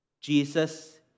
Jesus